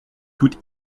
toute